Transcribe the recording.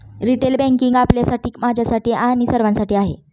retail banking आपल्यासाठी, माझ्यासाठी आणि सर्वांसाठी आहे